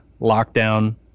LOCKDOWN